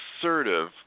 assertive